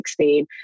2016